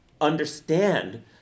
understand